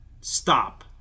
Stop